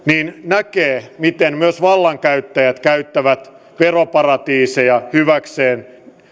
niin näkee miten myös vallankäyttäjät käyttävät veroparatiiseja hyväkseen